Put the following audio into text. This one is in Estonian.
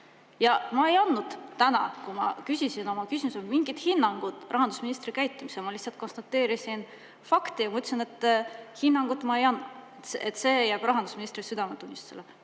Ja ma ei andnud täna, kui ma küsisin oma küsimuse, mingit hinnangut rahandusministri käitumisele, ma lihtsalt konstateerisin fakti. Ma ütlesin, et hinnangut ma ei anna, et see jääb rahandusministri südametunnistusele.